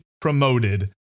promoted